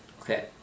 Okay